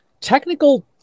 Technical